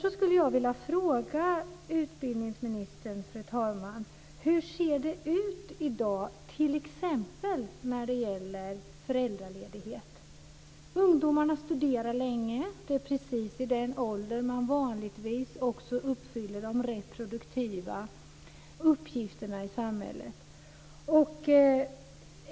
Jag skulle därför vilja fråga utbildningsministern: Hur ser det ut i dag när det t.ex. gäller föräldraledighet? Ungdomarna studerar länge. Det är i precis den åldern man vanligtvis också uppfyller de reproduktiva uppgifterna i samhället.